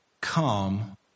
Come